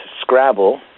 Scrabble